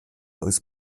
aus